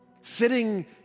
sitting